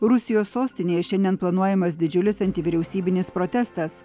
rusijos sostinėje šiandien planuojamas didžiulis anti vyriausybinis protestas